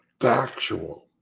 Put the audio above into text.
factual